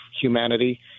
humanity